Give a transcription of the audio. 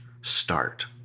start